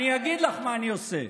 אני אגיד לך מה אני עושה.